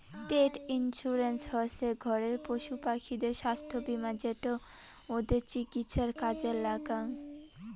পেট insurance হসে ঘরের পশুপাখিদের ছাস্থ্য বীমা যেটো ওদের চিকিৎসায় কাজে লাগ্যাং